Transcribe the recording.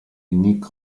nick